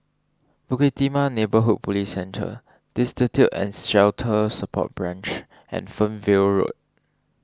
Bukit Timah Neighbourhood Police Centre Destitute and Shelter Support Branch and Fernvale Road